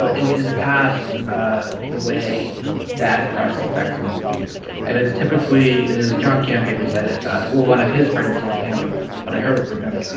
ah in in the past the way bad press affects a movie and it's typically and it was john campea who said it well one of his friends told him but i heard it from him